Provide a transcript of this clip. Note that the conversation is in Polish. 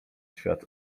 świat